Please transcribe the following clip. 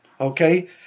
okay